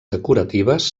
decoratives